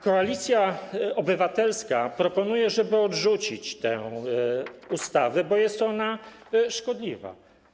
Koalicja Obywatelska proponuje, żeby odrzucić tę ustawę, bo jest ona szkodliwa.